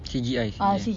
C_G_I C_G_I